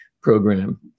program